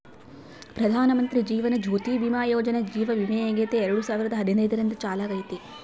ಪ್ರಧಾನಮಂತ್ರಿ ಜೀವನ ಜ್ಯೋತಿ ಭೀಮಾ ಯೋಜನೆ ಜೀವ ವಿಮೆಯಾಗೆತೆ ಎರಡು ಸಾವಿರದ ಹದಿನೈದರಿಂದ ಚಾಲ್ತ್ಯಾಗೈತೆ